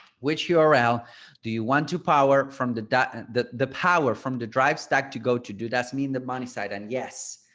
which url? do you want to power from the data, the the power from the drive stack to go to do that? i mean, the money site and yes,